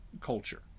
culture